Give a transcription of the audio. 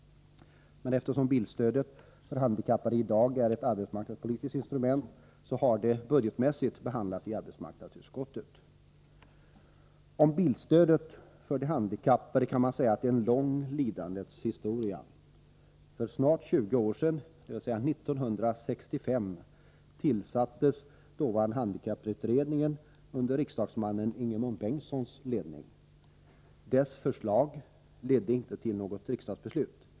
Men bilstödet för handikappade är i dag ett arbetsmarknadspolitiskt instrument, och därför har motionen budgetmässigt behandlats i arbetsmarknadsutskottet. Om bilstödet för de handikappade kan man säga att det är en lång lidandets historia. För snart 20 år sedan, dvs. år 1965, tillsattes dåvarande handikapp utredningen under riksdagsman Ingemund Bengtssons ledning. Utredningens förslag ledde inte till något riksdagsbeslut.